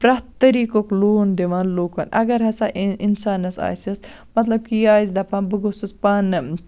پرٛتھ طریٖقُک لون دِوان لُکَن اَگَر ہَسا اِں اِنسانَس آسیٚس مَطلَب کہِ یہِ آسہِ دَپان بہٕ گوٚژھُس پانہٕ